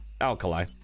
alkali